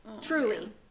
Truly